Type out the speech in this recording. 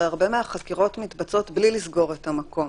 הרי הרבה מהחקירות מתבצעות בלי לסגור את המקום.